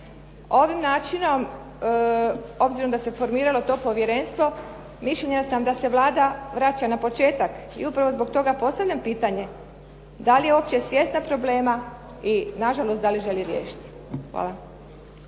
Ovim načinom obzirom da se formiralo to povjerenstvo mišljenja sam da se Vlada vraća na početak i upravo zbog toga postavljam pitanje da li je uopće svjesna problema i na žalost da li želi riješiti. Hvala.